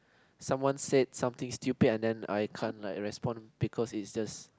someone said something stupid and then I can't like respond because it just